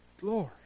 Glory